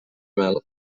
mel